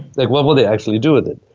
like, what will they actually do with it?